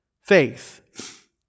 Faith